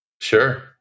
Sure